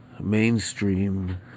mainstream